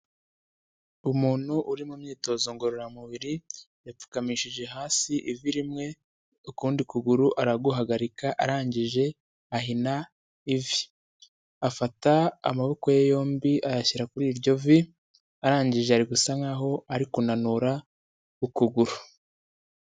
Umuntu uri mu myitozo ngororamubiri yapfukamishije hasi ivi rimwe ukundi kuguru araguhagarika arangije ahina ivi , afata amaboko ye yombi ayashyira kuri iryo vi, arangije ari gusa nkaho ari kunanura ukuguru.